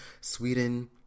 Sweden